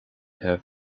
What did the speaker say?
have